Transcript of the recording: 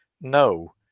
No